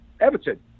Everton